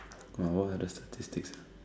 uh what are the statistics ah